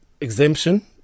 exemption